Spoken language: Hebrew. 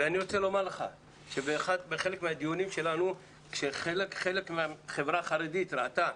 אני רוצה לומר לך שבחלק מהדיונים שלנו כשחלק מהחברה החרדית ראתה